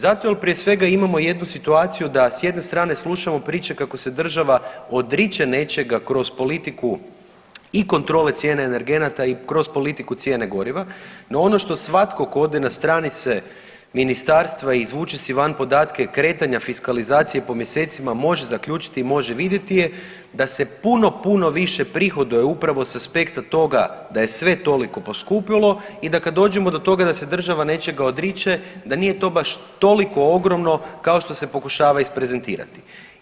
Zato jer prije svega imamo jednu situaciju da s jedne strane slušamo priče kako se država odriče nečega kroz politiku i kontrole cijene energenata i kroz politiku cijene goriva, no ono što svatko tko ode na stranice ministarstva i izvuče si van podatke kretanja fiskalizacije po mjesecima može zaključiti i može vidjeti je da se puno, puno više prihoduje upravo s aspekta toga da je sve toliko poskupilo i da kad dođemo do toga da se država nečega odriče da nije to baš toliko ogromno kao što se pokušava isprezentirati.